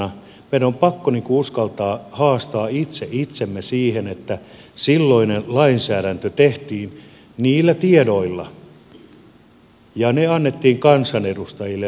meidän on pakko uskaltaa haastaa itse itsemme siihen että silloinen lainsäädäntö tehtiin niillä tiedoilla ja ne tiedot annettiin kansanedustajille